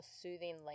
soothing